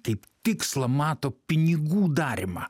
taip tikslą mato pinigų darymą